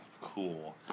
Cool